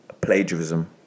plagiarism